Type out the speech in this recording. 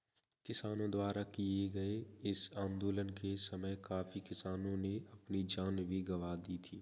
किसानों द्वारा किए गए इस आंदोलन के समय काफी किसानों ने अपनी जान भी गंवा दी थी